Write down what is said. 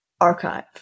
Archive